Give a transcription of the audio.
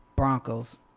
Broncos